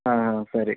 ಹಾಂ ಹಾಂ ಸರಿ